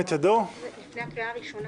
לפני הקריאה הראשונה.